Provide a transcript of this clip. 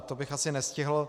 To bych asi nestihl.